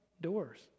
doors